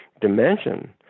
dimension